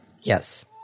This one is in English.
Yes